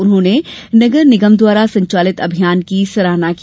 उन्होंने नगर निगम द्वारा संचालित अभियान की सराहना की